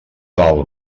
val